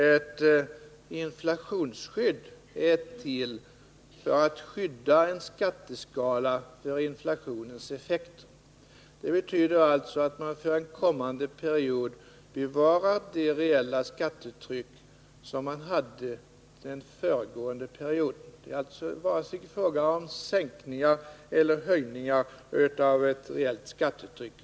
Ett inflationsskydd är till för att skydda en skatteskala för inflationens effekter. Det betyder att man för en kommande period bevarar det reella skattetryck som man hade den föregående perioden. Det är alltså varken fråga om sänkningar eller höjningar av det reella skattetrycket.